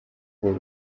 were